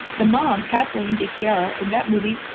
the mom kathleen dichiara, in that movie,